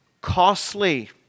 costly